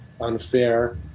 unfair